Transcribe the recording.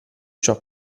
ciò